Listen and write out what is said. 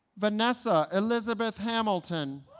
vanessa elizabeth hamilton